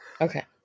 Okay